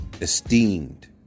esteemed